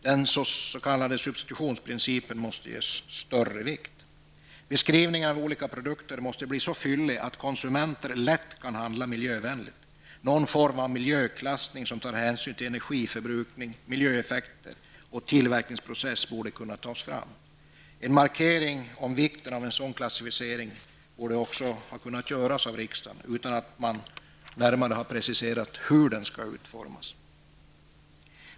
Den s.k. substitutionsprincipen måste ges större vikt. Beskrivningen av olika produkter borde bli så fyllig att konsumenter lätt kan handla miljövänligt. Någon form av miljöklassning, som tar hänsyn till energiförbrukning, miljöeffekter och tillverkningsprocess, borde kunna tas fram. En markering om vikten av en sådan klassificering borde ha kunnat göras av riksdagen, utan att man närmare har preciserat hur den skall utföras.